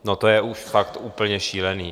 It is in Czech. No to je fakt úplně šílený!